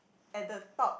at the top